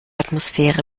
atmosphäre